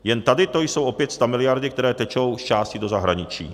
Jen tady to jsou opět stamiliardy, které tečou zčásti do zahraničí.